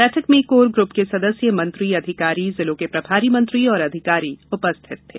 बैठक में core group के सदस्य मंत्री अधिकारी जिलों के प्रभारी मंत्री और अधिकारी उपस्थित थे